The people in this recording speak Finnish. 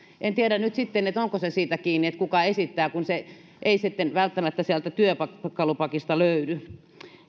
en tiedä nyt sitten että onko se siitä kiinni kuka esittää kun se ei sitten välttämättä sieltä työkalupakista löydy